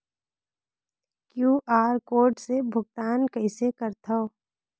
QR code से भुगतान कइसे करथव?